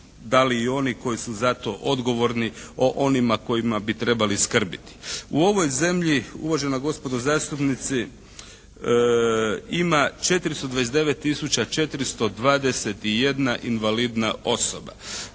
da li i oni koji su za to odgovorni o onima kojima bi trebali skrbiti. U ovoj zemlji uvažena gospodo zastupnici ima 429 tisuća 421 invalidna osoba.